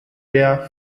der